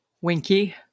winky